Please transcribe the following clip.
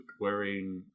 wearing